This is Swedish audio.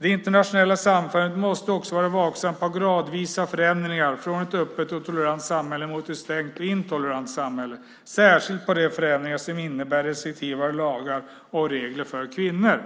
Det internationella samfundet måste också vara vaksamt på gradvisa förändringar från ett öppet och tolerant samhälle till ett stängt och intolerant samhälle, särskilt på de förändringar som innebär restriktivare lagar och regler för kvinnor.